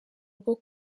rwo